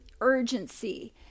urgency